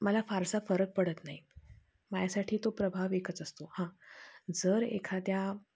मला फारसा फरक पडत नाही माझ्यासाठी तो प्रभाव एकच असतो हां जर एखाद्या